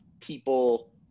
people